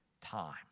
time